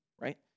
right